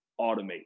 automate